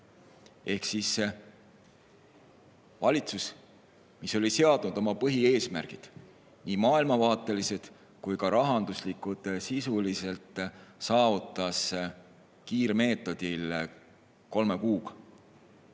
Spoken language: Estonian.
Ehk siis see valitsus, mis oli seadnud oma põhieesmärgid, nii maailmavaatelised kui ka rahanduslikud, sisuliselt saavutas [võidu] kiirmeetodil kolme kuuga.